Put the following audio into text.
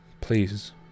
Please